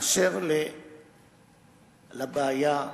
אשר לבעיה,